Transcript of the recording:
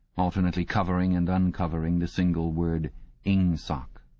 alternately covering and uncovering the single word ingsoc.